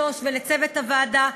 לשוש ולצוות הוועדה,